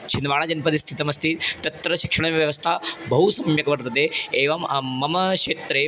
छिन्वाडजनपदे स्थितमस्ति तत्र शिक्षणव्यवस्था बहु सम्यक् वर्तते एवं मम क्षेत्रे